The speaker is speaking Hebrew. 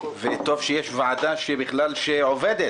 וטוב שיש ועדה בכלל שעובדת,